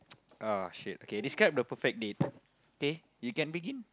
oh shit okay describe the perfect date k you can begin